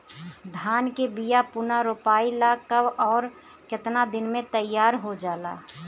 धान के बिया पुनः रोपाई ला कब और केतना दिन में तैयार होजाला?